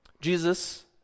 Jesus